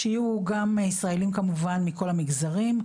שיהיו גם ישראלים כמובן מכל המגזרים,